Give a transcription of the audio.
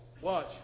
Watch